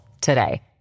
today